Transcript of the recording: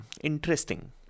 interesting